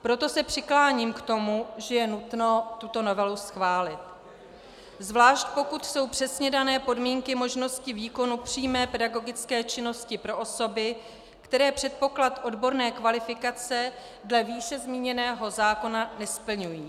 Proto se přikláním k tomu, že je nutno tuto novelu schválit, zvlášť pokud jsou přesně dané podmínky možnosti výkonu přímé pedagogické činnosti pro osoby, které předpoklad odborné kvalifikace dle výše zmíněného zákona nesplňují.